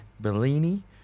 Bellini